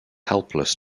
helpless